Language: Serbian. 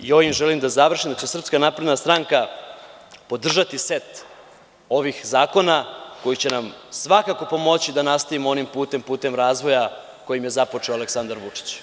Ovim želim da završim, da će Srpska napredna stranka podržati set ovih zakona koji će nam svakako pomoći da nastavimo onim putem, putem razvoja koji je započeo Aleksandar Vučić.